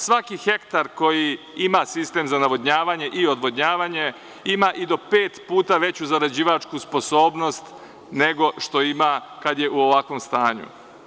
Svaki hektar koji ima sistem za navodnjavanje i odvodnjavanje ima i do pet puta veću zarađivačku sposobnost nego što ima kad je u ovakvom stanju.